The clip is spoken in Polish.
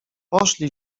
poszli